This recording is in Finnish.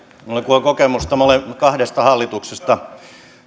minulla kun on kokemusta kahdesta hallituksesta